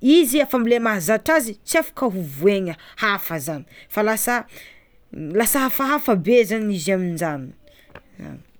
izy efa amle mahazatra azy, tsy afaka ovoaigna hafa zany fa lasa lasa hafahafa be zany izy amizany.